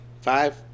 five